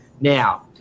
now